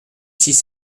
six